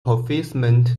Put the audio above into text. proficient